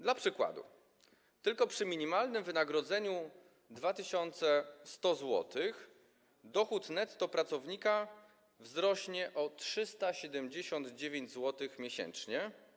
Dla przykładu tylko przy minimalnym wynagrodzeniu 2100 zł dochód netto pracownika wzrośnie o 379 zł miesięcznie.